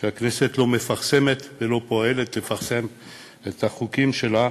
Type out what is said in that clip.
שהכנסת לא מפרסמת ולא פועלת לפרסם את החוקים שלה,